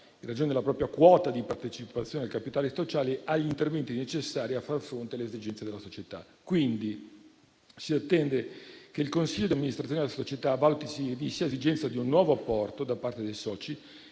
in ragione della propria quota di partecipazione al capitale sociale, agli interventi necessari a far fronte alle esigenze della società. Si attende quindi che il consiglio di amministrazione della società valuti l'esigenza di un nuovo apporto da parte dei soci